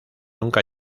nunca